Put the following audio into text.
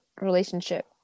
relationship